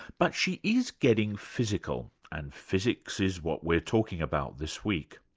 but she is getting physical, and physics is what we're talking about this week.